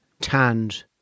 tanned